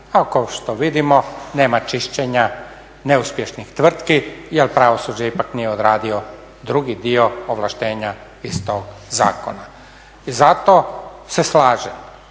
kao što vidimo nema čišćenja neuspješnih tvrtki jel pravosuđe nije ipak odradio drugi dio ovlaštenja iz tog zakona. I zato se slažem